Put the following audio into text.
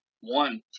one